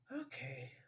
Okay